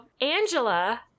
Angela